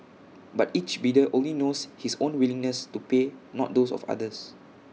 but each bidder only knows his own willingness to pay not those of others